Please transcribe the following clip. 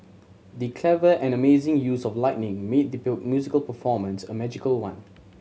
the clever and amazing use of lighting made the musical performance a magical one